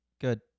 Good